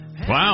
Wow